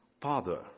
father